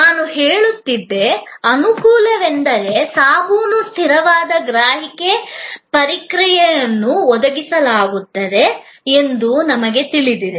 ನಾನು ಹೇಳುತ್ತಿದ್ದ ಅನುಕೂಲವೆಂದರೆ ಸಾಬೂನು ಸ್ಥಿರವಾದ ಗ್ರಾಹಕ ಪ್ರತಿಕ್ರಿಯೆಯನ್ನು ಒದಗಿಸುತ್ತದೆ ಎಂದು ನಮಗೆ ತಿಳಿದಿದೆ